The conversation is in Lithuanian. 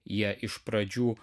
jie iš pradžių